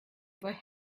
boy